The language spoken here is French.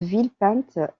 villepinte